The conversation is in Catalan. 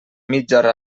mitja